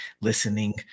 listening